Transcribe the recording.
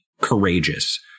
courageous